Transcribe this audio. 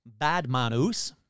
Badmanus